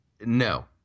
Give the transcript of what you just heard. no